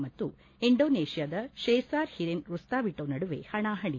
ಮತ್ನು ಇಂಡೋನೇಷ್ನಾದ ಶೇಸಾರ್ ಹಿರೇನ್ ರುಸ್ನಾವಿಟೋ ನಡುವೆ ಹಣಾಪಣಿ